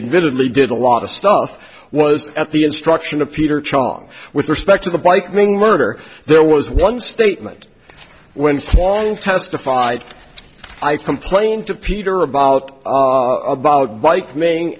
admitted lee did a lot of stuff was at the instruction of peter chong with respect to the bike being murder there was one statement went along testified i complained to peter about about bike mating